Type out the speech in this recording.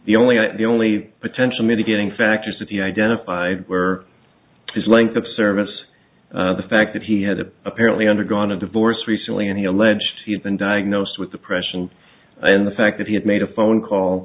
the only the only potential mitigating factors that he identify were his length of service the fact that he had apparently undergone a divorce recently and he alleged he had been diagnosed with depression and the fact that he had made a phone call